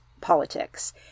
politics